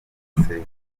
serivisi